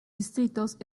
distritos